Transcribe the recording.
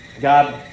God